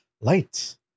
light